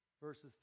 verses